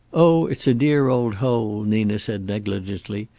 oh, it's a dear old hole, nina said negligently.